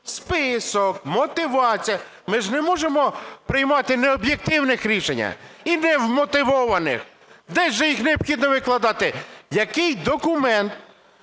список, мотивація? Ми ж не можемо приймати необ'єктивних рішень і невмотивованих. Десь же їх необхідно викладати. Який документ